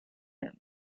him